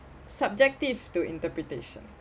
subjective to interpretation